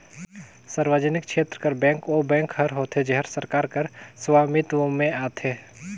सार्वजनिक छेत्र कर बेंक ओ बेंक हर होथे जेहर सरकार कर सवामित्व में आथे